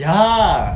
ya